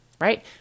right